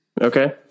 Okay